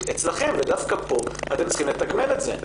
אצלכם ודווקא פה אתם צריכים לתגמל את זה.